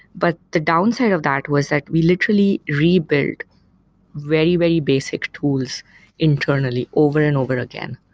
but the downside of that was that we literally rebuild very, very basic tools internally over and over again.